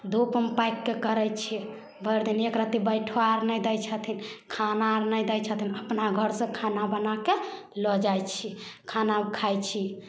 धूपमे पाकिके करै छिए भरिदिन एकरत्ती बैठऽ आओर नहि दै छथिन खाना आओर नहि दै छथिन अपना घर से खाना बनाके लऽ जाइ छी खाना खाइ छी